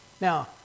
Now